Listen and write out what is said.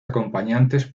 acompañantes